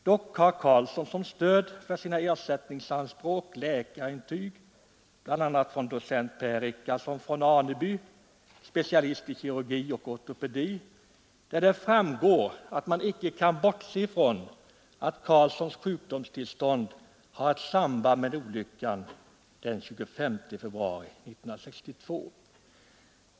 Dock har Karlsson som stöd för sina ersättningsanspråk läkarintyg, bl.a. av docent Per Richardsson från Aneby, specialist i kirurgi och ortopedi, där det framgår att man icke kan bortse från att Karlssons sjukdomstillstånd har ett samband med olyckan den 22 februari 1962.